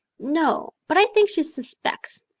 no but i think she suspects.